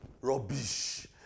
rubbish